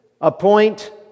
Appoint